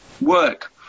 work